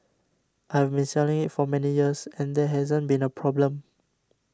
I have been selling it for many years and there hasn't been a problem